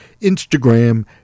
Instagram